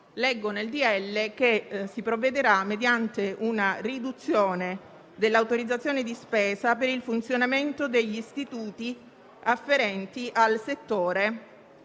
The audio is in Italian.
decreto-legge che si provvederà mediante una riduzione dell'autorizzazione di spesa per il funzionamento degli istituti afferenti al settore